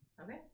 Okay